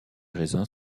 raisins